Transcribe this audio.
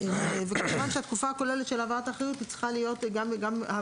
אנחנו בהחלט רוצים, שאם כבר אנחנו מגדירים מקצוע